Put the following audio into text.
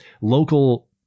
local